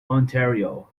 ontario